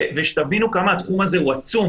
תבינו כמה התחום הזה הוא עצום